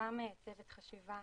הוקם צוות חשיבה